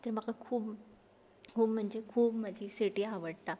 तर म्हाका खूब खूब म्हणजे खूब म्हजी सिटी आवडटा